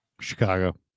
Chicago